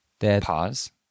Pause